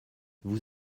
vous